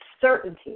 certainty